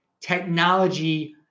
technology